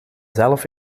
zelf